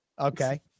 Okay